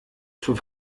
zur